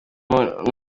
umuntu